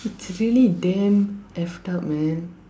it's really damn F up man